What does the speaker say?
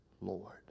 Lord